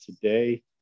today